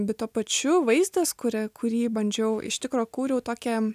bet tuo pačiu vaistas kuria kurį bandžiau iš tikro kūriau tokią